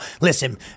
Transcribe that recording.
listen